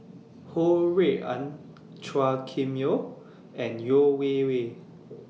Ho Rui An Chua Kim Yeow and Yeo Wei Wei